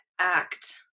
act